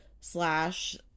slash